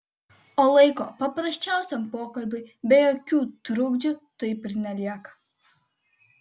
o laiko paprasčiausiam pokalbiui be jokių trukdžių taip ir nelieka